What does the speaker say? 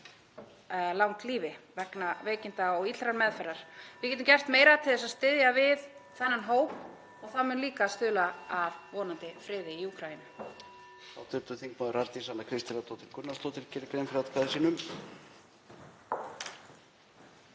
hringir.) vegna veikinda og illrar meðferðar. Við getum gert meira til þess að styðja við þennan hóp og það mun vonandi líka stuðla að friði í Úkraínu.